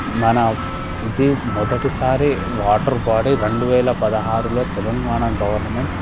మన ఇది మొదటిసారి వాటర్ బాడీ రెండు వేల పదహారులో తెలంగాణ గవర్నమెంట్